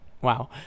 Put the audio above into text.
Wow